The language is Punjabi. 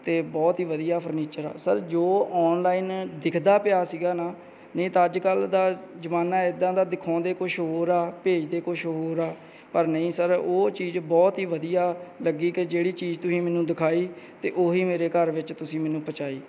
ਅਤੇ ਬਹੁਤ ਹੀ ਵਧੀਆ ਫਰਨੀਚਰ ਆ ਸਰ ਜੋ ਆਨਲਾਈਨ ਦਿਖਦਾ ਪਿਆ ਸੀਗਾ ਨਾ ਨਹੀਂ ਤਾਂ ਅੱਜ ਕੱਲ੍ਹ ਦਾ ਜ਼ਮਾਨਾ ਇੱਦਾਂ ਦਾ ਦਿਖਾਉਂਦੇ ਕੁਛ ਹੋਰ ਆ ਭੇਜਦੇ ਕੁਛ ਹੋਰ ਆ ਪਰ ਨਹੀਂ ਸਰ ਉਹ ਚੀਜ਼ ਬਹੁਤ ਹੀ ਵਧੀਆ ਲੱਗੀ ਕਿ ਜਿਹੜੀ ਚੀਜ਼ ਤੁਸੀਂ ਮੈਨੂੰ ਦਿਖਾਈ ਅਤੇ ਉਹ ਹੀ ਮੇਰੇ ਘਰ ਵਿੱਚ ਤੁਸੀਂ ਮੈਨੂੰ ਪਹੁੰਚਾਈ